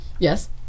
Yes